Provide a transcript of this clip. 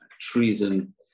treason